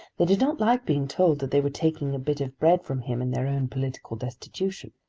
they did not like being told that they were taking a bit of bread from him in their own political destitution.